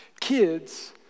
Kids